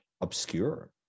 obscure